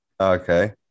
Okay